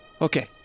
Okay